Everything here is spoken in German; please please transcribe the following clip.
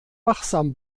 wachsam